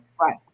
Right